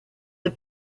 the